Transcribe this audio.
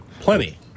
Plenty